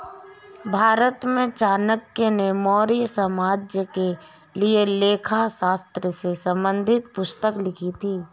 भारत में चाणक्य ने मौर्य साम्राज्य के लिए लेखा शास्त्र से संबंधित पुस्तक लिखी थी